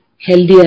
healthier